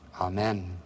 Amen